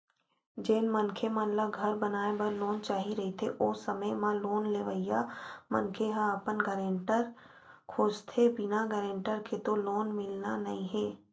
जेन मनखे मन ल घर बनाए बर लोन चाही रहिथे ओ समे म लोन लेवइया मनखे ह अपन गारेंटर खोजथें बिना गारेंटर के तो लोन मिलना नइ हे